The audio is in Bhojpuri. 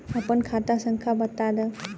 आपन खाता संख्या बताद